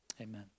Amen